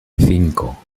cinco